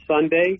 Sunday